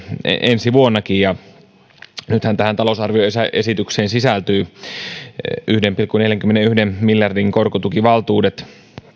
ensi vuonnakin nythän tähän talousarvioesitykseen sisältyy yhden pilkku neljänkymmenenyhden miljardin korkotukivaltuudet